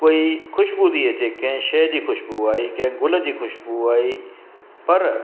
कोई ख़ुश्बू थी अचे कंहिं शइ जी ख़ुश्बू आई कंहिं ग़ुल जी ख़ुश्बू आई पर